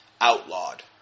outlawed